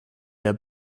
der